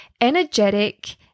energetic